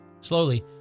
Slowly